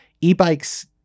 E-bikes